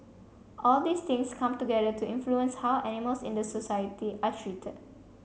all these things come together to influence how animals in the society are treated